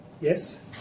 Yes